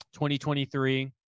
2023